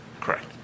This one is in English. Correct